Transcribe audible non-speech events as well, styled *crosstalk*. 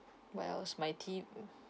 what else my T *noise*